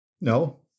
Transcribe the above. No